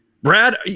Brad